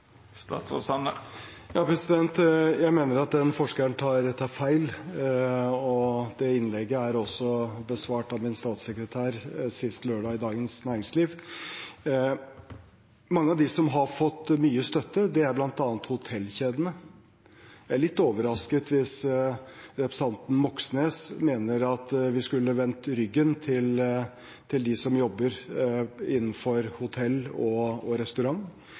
Jeg mener at den forskeren tar feil, og det innlegget er også besvart av min statssekretær sist lørdag i Dagens Næringsliv. Av dem som har fått mye støtte, er bl.a. hotellkjedene. Jeg er litt overrasket hvis representanten Moxnes mener at vi skulle vendt ryggen til dem som jobber innenfor hotell- og